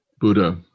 buddha